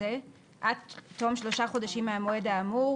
זה עד תום שלושה חודשים מהמועד האמור,